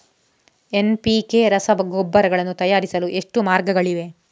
NPK ರಸಗೊಬ್ಬರಗಳನ್ನು ತಯಾರಿಸಲು ಎಷ್ಟು ಮಾರ್ಗಗಳಿವೆ?